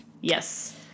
Yes